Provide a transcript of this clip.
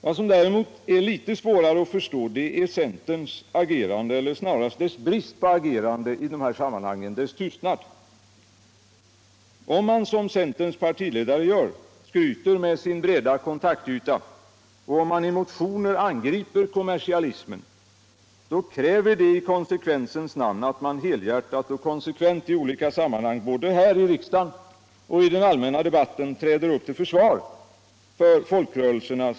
Vad som däremot är litet svårare att förstå är centerns agerande eller snarast dess brist på agerande i det här sammanhanget, dess tystnad. Om man som centerns partiledare gör, skryter med sin breda kontaktyta, och om man i motioner angriper kommersialismen, då kräver det i konsekvensens namn att man helhjärtat i olika sammanhang, både här i riksdagen och i den allmänna debatten, träder upp till försvar för folkrörelserna.